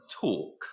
talk